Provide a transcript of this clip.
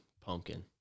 pumpkin